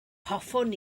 hoffwn